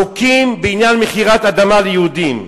החוקים בעניין מכירת אדמה ליהודים.